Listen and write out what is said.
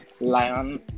lion